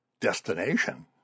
destination